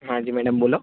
હા જી મેડમ બોલો